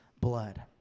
blood